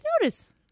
notice